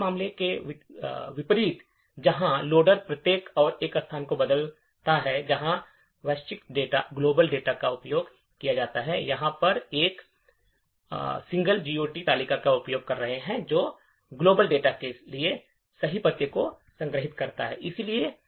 पिछले मामले के विपरीत जहां लोडर प्रत्येक और हर स्थान को बदलता है जहां वैश्विक डेटा का उपयोग किया जाता है यहां हम एक एकल जीओटी तालिका का उपयोग कर रहे हैं जो वैश्विक डेटा के लिए सही पते को संग्रहीत करता है